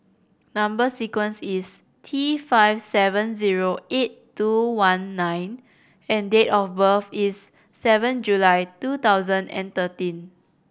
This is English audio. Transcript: number sequence is T five seven zero eight two one nine and date of birth is seven July two thousand and thirteen